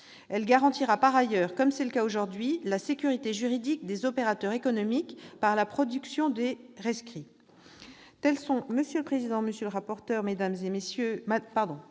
Elle garantira de surcroît, comme c'est le cas aujourd'hui, la sécurité juridique des opérateurs économiques par la production de rescrits.